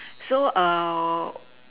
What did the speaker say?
so